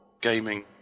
gaming